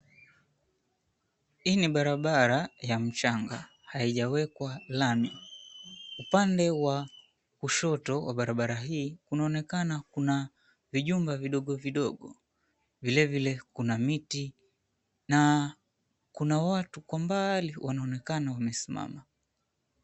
Hii ni barabara ya mchanga, haijawekwa rangi. Upande wa kushoto wa barabara hii, kunaonekana kuna vijumba vidogo vidogo, vilevile kuna miti na kuna watu kwa mbali wanaonekana wamesimama.